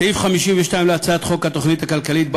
סעיף 52 להצעת חוק התוכנית הכלכלית בא